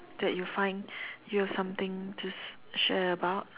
that you find you have something to share about